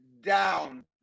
down